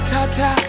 Ta-ta